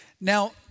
Now